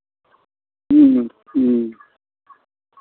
ह्म्म ह्म्म